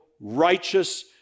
righteous